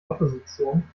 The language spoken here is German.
opposition